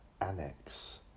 annex